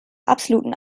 absoluten